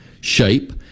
shape